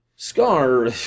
Scar